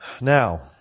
Now